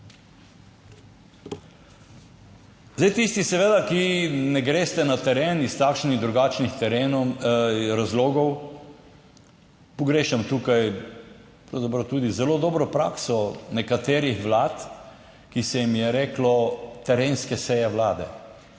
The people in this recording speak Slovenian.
je. Tisti seveda, ki ne greste na teren iz takšnih in drugačnih razlogov, pogrešam tukaj pravzaprav tudi zelo dobro prakso nekaterih vlad, ki se jim je reklo terenske seje vlade,